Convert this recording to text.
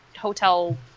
hotel